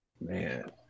Man